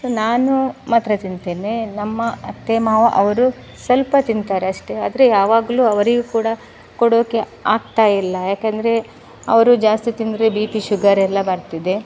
so ನಾನು ಮಾತ್ರ ತಿಂತೇನೆ ನಮ್ಮ ಅತ್ತೆ ಮಾವ ಅವರು ಸ್ವಲ್ಪ ತಿಂತಾರಷ್ಟೆ ಆದರೆ ಯಾವಾಗಲೂ ಅವರಿಗೂ ಕೂಡ ಕೊಡೊಕ್ಕೆ ಆಗ್ತಾಯಿಲ್ಲ ಯಾಕಂದರೆ ಅವರು ಜಾಸ್ತಿ ತಿಂದರೆ ಬಿ ಪಿ ಶುಗರ್ ಎಲ್ಲ ಬರ್ತಿದೆ